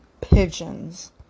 pigeons